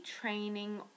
training